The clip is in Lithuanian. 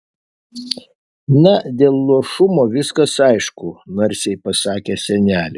na dėl luošumo viskas aišku narsiai pasakė senelė